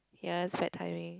ya that's bad timing